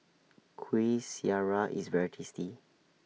Kuih Syara IS very tasty